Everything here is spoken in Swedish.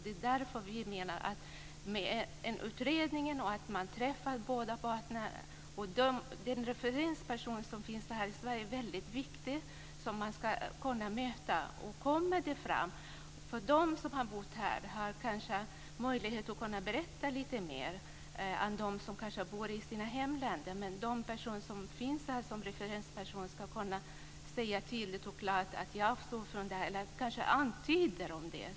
Det är därför vi menar att det ska ske en utredning och att man ska träffa båda parterna. Den referensperson som man ska kunna möta här i Sverige är väldigt viktig. De som har bott här har kanske möjlighet att berätta lite mer än de som bor i sina hemländer. De personer som finns här som referenspersoner ska tydligt och klart kunna säga att man bör avstå från detta, eller antyda det.